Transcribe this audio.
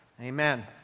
Amen